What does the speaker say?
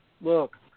look